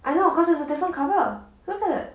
I know because there's a different cover look at it